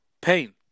pain